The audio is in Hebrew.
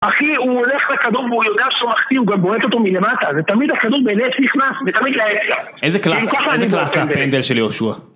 אחי, הוא הולך לכדור והוא יודע שהוא מחטיא, הוא גם בועט אותו מלמטה, זה תמיד הכדור.. נכנס, ותמיד ל.. איזה קלאסה, איזה קלאסה פנדל של יהושע.